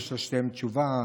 יש לשניהם תשובה.